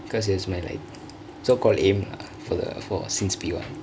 cause is like my so called aim for the forr since P one